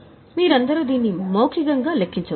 మీరందరూ దీన్ని మౌఖికంగా లెక్కించవచ్చు